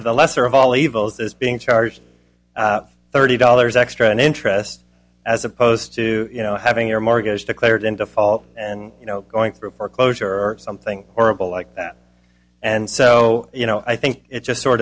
of the lesser of all evils is being charged thirty dollars extra in interest as opposed to you know having your mortgage declared in default and you know going through foreclosure or something horrible like that and so you know i think it just sort